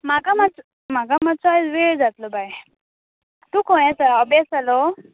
म्हाका मात्सो म्हाका मास्सो आयज लेट जातलो बाय तूं खंय आसा अभ्यास जालो